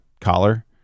collar